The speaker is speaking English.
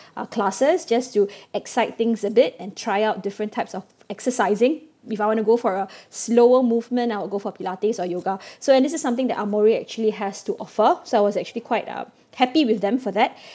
uh classes just to excite things a bit and try out different types of exercising if I want to go for a slower movement I will go for pilates or yoga so and this is something the Amore actually has to offer so I was actually quite uh happy with them for that